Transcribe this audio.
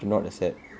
to not accept